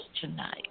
tonight